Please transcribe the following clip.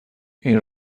این